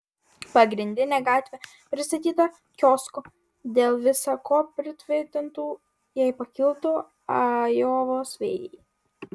pagrindinė gatvė pristatyta kioskų dėl visa ko pritvirtintų jei pakiltų ajovos vėjai